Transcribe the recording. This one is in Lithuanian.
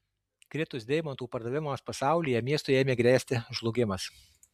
kritus deimantų pardavimams pasaulyje miestui ėmė grėsti žlugimas